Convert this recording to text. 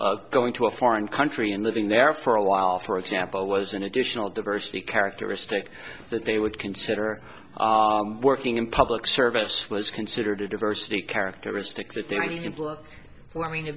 example going to a foreign country and living there for a while for example was an additional diversity characteristic that they would consider working in public service was considered a diversity characteristic